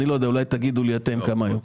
אולי תגידו לי אתם כמה היו.